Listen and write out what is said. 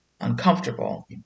uncomfortable